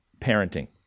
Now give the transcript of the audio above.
parenting